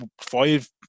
five